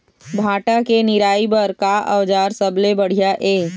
भांटा के निराई बर का औजार सबले बढ़िया ये?